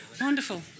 wonderful